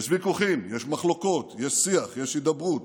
יש ויכוחים, יש מחלוקות, יש שיח, יש הידברות,